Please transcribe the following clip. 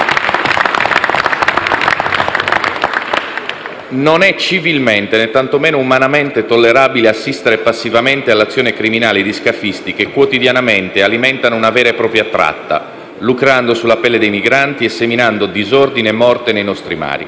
Non è civilmente né tantomeno umanamente tollerabile assistere passivamente all'azione criminale di scafisti che quotidianamente alimentano una vera e propria tratta, lucrando sulla pelle dei migranti e seminando disordine e morte nei nostri mari.